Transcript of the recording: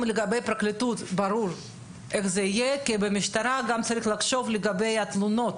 לגבי הפרקליטות ברור איך זה יהיה לגבי התלונות.